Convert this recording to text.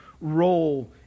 role